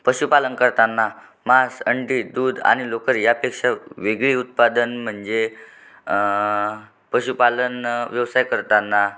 पशुपालन करताना मांस अंडी दूध आणि लोकर यापेक्षा वेगळे उत्पादन म्हणजे पशुपालन व्यवसाय करताना